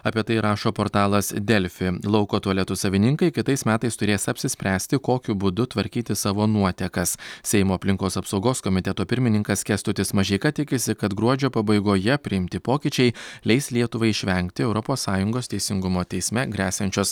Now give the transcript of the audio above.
apie tai rašo portalas delfi lauko tualetų savininkai kitais metais turės apsispręsti kokiu būdu tvarkyti savo nuotekas seimo aplinkos apsaugos komiteto pirmininkas kęstutis mažeika tikisi kad gruodžio pabaigoje priimti pokyčiai leis lietuvai išvengti europos sąjungos teisingumo teisme gresiančios